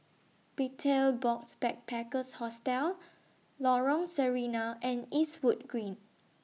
Betel Box Backpackers Hostel Lorong Sarina and Eastwood Green